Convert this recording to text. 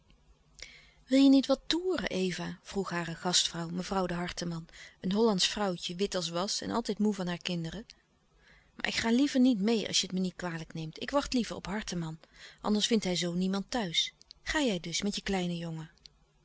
wil je niet wat toeren eva vroeg hare gastvrouw mevrouw de harteman een hollandsch vrouwtje wit als was en altijd moê van haar kinderen maar ik ga liever niet meê als je het me niet kwalijk neemt ik wacht liever op harteman anders vindt hij zoo niemand thuis ga jij dus met je kleinen jongen